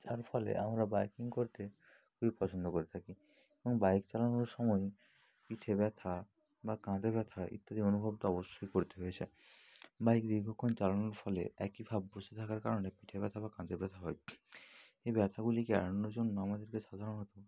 যার ফলে আমরা বাইকিং করতে খুবই পছন্দ করে থাকি এবং বাইক চালানোর সময় পিঠে ব্যথা বা কাঁধে ব্যথা ইত্যাদি অনুভব তো অবশ্যই করতে হয়েছে বাইক দীর্ঘক্ষণ চালানোর ফলে একইভাবে বসে থাকার কারণে পিঠে ব্যথা বা কাঁধে ব্যথা হয় এই ব্যথাগুলিকে এড়ানোর জন্য আমাদেরকে সাধারণত